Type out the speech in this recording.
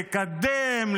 לקדם,